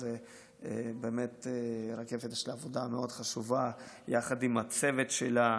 אז באמת רקפת עושה עבודה מאוד חשובה עם הצוות שלה,